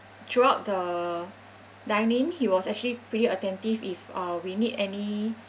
throughout the dine in he was actually pretty attentive if uh we need any